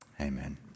Amen